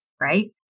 right